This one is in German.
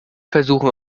versuchen